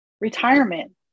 retirement